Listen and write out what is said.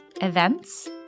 Events